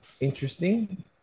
interesting